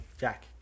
jack